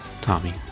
Tommy